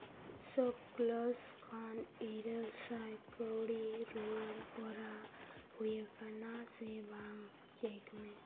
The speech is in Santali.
ᱥᱚᱯᱠᱞᱚᱥ ᱠᱷᱚᱱ ᱤᱨᱟᱹᱞ ᱥᱟᱭ ᱠᱟᱹᱣᱰᱤ ᱨᱩᱣᱟᱹᱲ ᱦᱚᱨᱟ ᱦᱩᱭᱟᱠᱟᱱᱟ ᱥᱮ ᱵᱟᱝ ᱪᱮᱠ ᱢᱮ